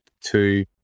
two